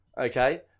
okay